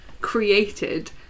created